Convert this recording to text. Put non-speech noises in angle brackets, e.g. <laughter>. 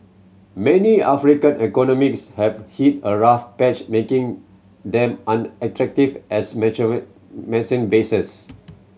many African economics have hit a rough patch making them unattractive as <unintelligible> bases